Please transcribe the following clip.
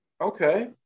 Okay